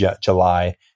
July